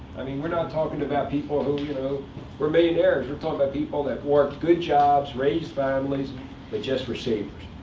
i mean, we're not talking about people who you know were millionaires. we're talking about people that worked good jobs, raise families, they just were savers.